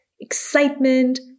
excitement